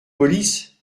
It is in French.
police